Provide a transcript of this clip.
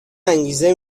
انگیزه